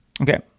Okay